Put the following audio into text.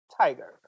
Tiger